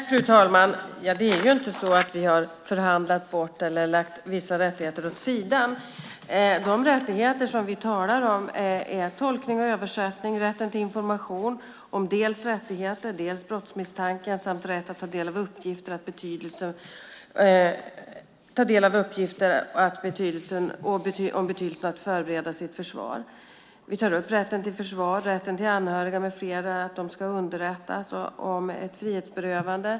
Fru talman! Det är inte så att vi har förhandlat bort eller lagt vissa rättigheter åt sidan. De rättigheter som vi talar om är tolkning och översättning, rätten till information om dels rättigheter, dels brottsmisstankar, samt rätt att ta del av uppgifter om betydelsen av att förbereda sitt försvar. Vi tar upp rätten till försvar och rätten för anhöriga med flera att underrättas om ett frihetsberövande.